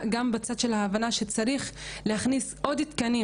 גם בצד של ההבנה שצריך להכניס עוד תקנים